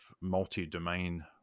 multi-domain